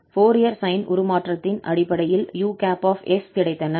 Fourier sine உருமாற்றத்தின் அடிப்படையில் us கிடைத்தன